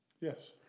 Yes